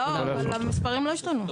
המספרים לא השתנו.